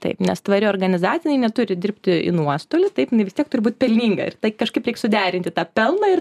taip nes tvari organizacija jinai neturi dirbti į nuostolį taip jinai vis tiek turi būt pelninga ir tai kažkaip reik suderinti tą pelną ir